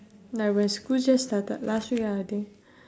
like when school just started last week ya I think